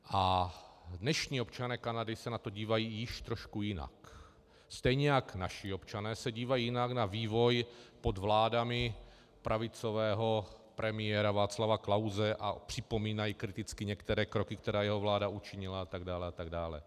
A dnešní občané Kanady se na to dívají již trochu jinak, stejně jak naši občané se dívají jinak na vývoj pod vládami pravicového premiéra Václava Klause a připomínají kriticky některé kroky, které jeho vláda učinila, atd. atd.